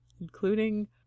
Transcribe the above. Including